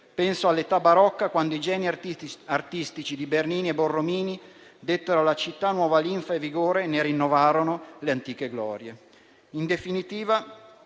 Penso all'età barocca, quando i geni artistici di Bernini e Borromini dettero alla città nuova linfa e vigore e ne rinnovarono le antiche glorie.